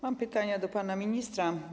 Mam pytania do pana ministra.